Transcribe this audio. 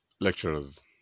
lecturers